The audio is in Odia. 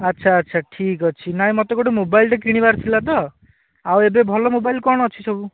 ଆଚ୍ଛା ଆଚ୍ଛା ଠିକ୍ ଅଛି ନାହିଁ ମୋତେ ଗୋଟେ ମୋବାଇଲଟେ କିଣିବାର ଥିଲା ତ ଆଉ ଏବେ ଭଲ ମୋବାଇଲ କ'ଣ ଅଛି ସବୁ